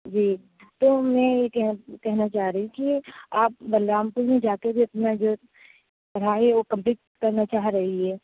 جی تو میں یہ کہہ کہنا چاہ رہی تھی آپ بلرام پور میں جا کے جتنا جو پڑھائی ہے وہ کمپلیٹ کرنا چاہ رہی ہے